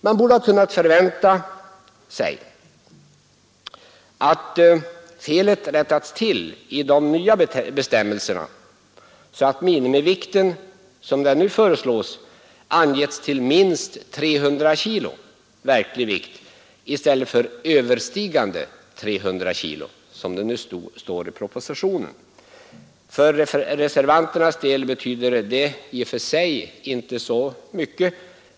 Man borde ha kunnat förvänta att felet rättats till i de nya bestämmelserna så att den föreslagna minimivikten skulle ha angetts till minst 300 kg verklig vikt i stället för överstigande 300 kg, som det nu står i propositionen. För reservanternas del betyder detta i och för sig inte så mycket.